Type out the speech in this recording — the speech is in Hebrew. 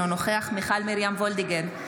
אינו נוכח מיכל מרים וולדיגר,